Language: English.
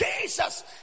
jesus